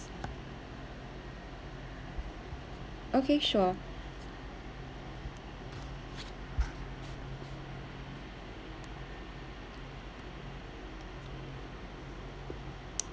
okay sure